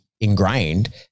ingrained